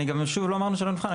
גם שוב, לא אמרנו שלא נבחן.